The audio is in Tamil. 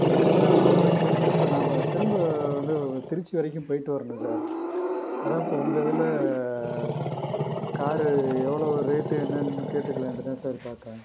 அதுதான் அதை வச்சுத்தான் திரும்ப நம்ப திரும்ப வந்து திருச்சி வரைக்கும் போயிட்டு வரணும் சார் அதுதான் இப்போ உங்கள் இதில் கார் எவ்வளோ ரேட் என்னென்னு கேட்டுக்கலாம்ன்ட்டுதான் சார் பார்க்கேன்